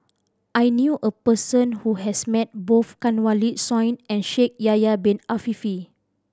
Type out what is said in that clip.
I knew a person who has met both Kanwaljit Soin and Shaikh Yahya Bin Ahmed Afifi